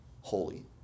holy